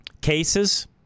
Cases